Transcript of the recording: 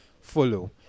follow